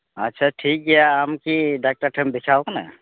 ᱟᱪᱪᱷᱟ ᱴᱷᱤᱠᱜᱮᱭᱟ ᱟᱢ ᱠᱤ ᱰᱟᱠᱛᱟᱨ ᱴᱷᱮᱱ ᱮᱢ ᱫᱮᱠᱷᱟᱣ ᱠᱟᱱᱟ